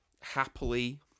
happily